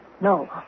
No